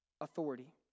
authority